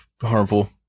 harmful